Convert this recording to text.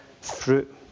fruit